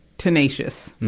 tenacious,